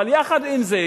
אבל יחד עם זה,